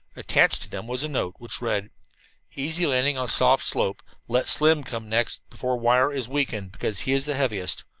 attached to them was a note, which read easy landing on soft slope. let slim come next before wire is weakened, because he is the heaviest.